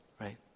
right